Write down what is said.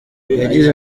yagize